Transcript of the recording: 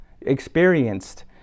experienced